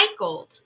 recycled